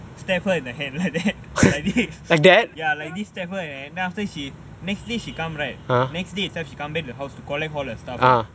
stab her in her hand like that ya like this ya stab her then after she next day she come right next day itself she come back to the house to collect all her stuff lah